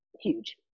huge